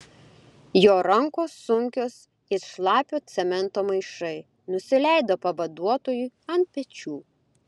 jo rankos sunkios it šlapio cemento maišai nusileido pavaduotojui ant pečių